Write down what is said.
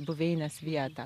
buveinės vietą